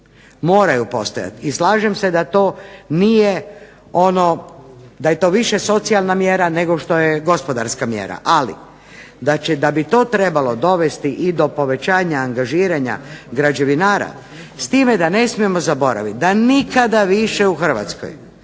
moraju postojati i slažem se da to nije ono, da je to više socijalna mjera nego što je gospodarska mjera, ali da bi to trebalo dovesti i do povećanja angažiranja građevinara s time da ne smijemo zaboraviti da nikada više u Hrvatskoj